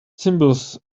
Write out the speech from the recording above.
symbols